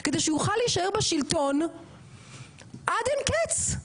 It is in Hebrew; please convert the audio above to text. כדי שהוא יוכל להישאר בשלטון עד אין קץ.